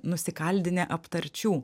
nusikaldinę aptarčių